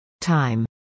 Time